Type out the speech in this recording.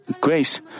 grace